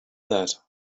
that